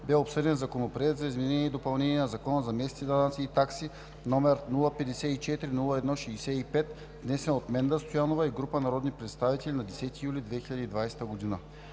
бе обсъден Законопроект за изменение и допълнение на Закона за местните данъци и такси, № 054-01-65, внесен от Менда Стоянова и група народни представители на 10 юли 2020 г.